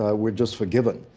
ah we're just forgiven.